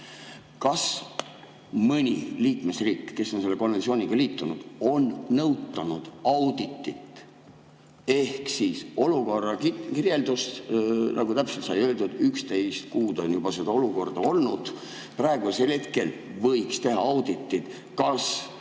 Kas mõni liikmesriik, kes on selle konventsiooniga liitunud, on nõutanud auditit ehk siis olukorra kirjeldust? Nagu täpselt sai öeldud, 11 kuud on juba seda olukorda olnud. Praegu võiks teha auditi, kas